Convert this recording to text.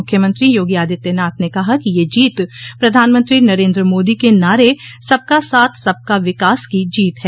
मुख्यमंत्री योगी आदित्यनाथ ने कहा कि यह जीत प्रधानमंत्री नरेन्द्र मोदी के नारे सबका साथ सबका विकास की जीत है